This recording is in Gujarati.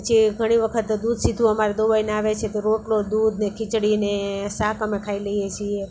પછી ઘણી વખત દૂધ સીધું અમારે દોવાઈને આવે છે તો રોટલો દૂધ ને ખીચડી ને શાક અમે ખાઈ લઈએ છીએ